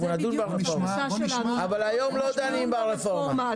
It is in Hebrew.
אנחנו נדון ברפורמה אבל היום לא דנים ברפורמה.